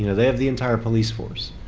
you know they have the entire police force.